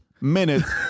minutes